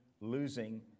losing